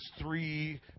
three